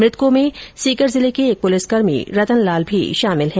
मृतकों में सीकर जिले के एक पुलिसकर्मी रतन लाल भी शामिल हैं